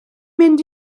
mynd